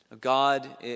God